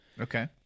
Okay